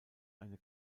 eine